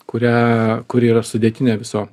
kurią kuri yra sudėtinė viso